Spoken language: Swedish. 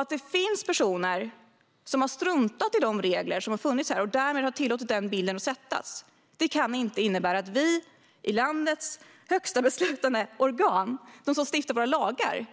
Att det finns personer som har struntat i de regler som har funnits här och därmed har tillåtit denna bild att sättas kan inte innebära att vi i landets högsta beslutande organ, som stiftar våra lagar,